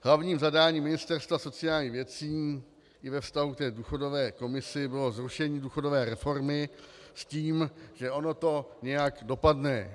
Hlavním zadáním Ministerstva sociálních věcí i ve vztahu k důchodové komisi bylo zrušení důchodové reformy s tím, že ono to nějak dopadne.